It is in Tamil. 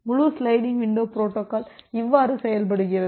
முழு சிலைடிங் விண்டோ பொரோட்டோகால் இவ்வாறு செயல்படுகிறது